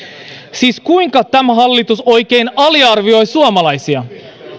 siis kuinka tämä hallitus oikein aliarvioi suomalaisia